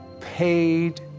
paid